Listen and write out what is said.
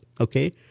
okay